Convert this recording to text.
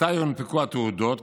מתי יונפקו התעודות,